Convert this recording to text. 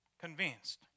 convinced